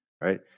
right